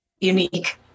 unique